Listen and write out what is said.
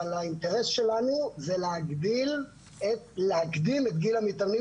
אבל האינטרס שלנו זה להגדיל את גיל המתאמנים